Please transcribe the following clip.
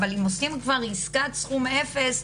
אבל אם עושים עסקת סכום 0,